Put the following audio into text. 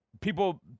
people